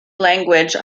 language